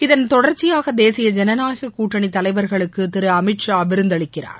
இதன்தொடர்ச்சியாக தேசிய ஜனநாயகக் கூட்டணித்தலைவர்களுக்கு திரு அமித்ஷா விருந்தளிக்கிறார்